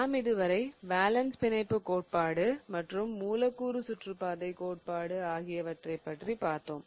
நாம் இதுவரை வேலன்ஸ் பிணைப்பு கோட்பாடு மற்றும் மூலக்கூறு சுற்றுப்பாதை கோட்பாடு ஆகியவற்றைப் பற்றி பார்த்தோம்